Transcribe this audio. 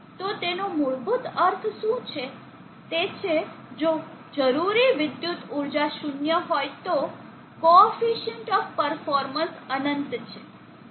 તો તેનો મૂળભૂત અર્થ શું છે તે છે જો જરૂરી વિદ્યુત ઊર્જા 0 હોય તો કોફિશન્ટ ઓફ પરફોર્મન્સ અનંત છે